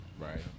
right